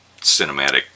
cinematic